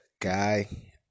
guy